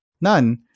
None